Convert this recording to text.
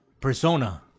Persona